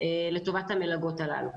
לטובת המלגות הללו.